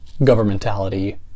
governmentality